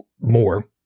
more